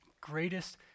greatest